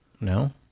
No